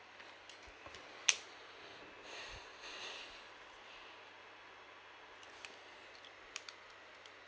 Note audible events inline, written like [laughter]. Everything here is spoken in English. [noise] [breath] [breath]